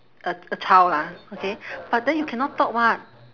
a a child lah okay but then you cannot talk [what]